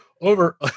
over